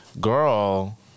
girl